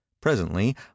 Presently